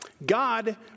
God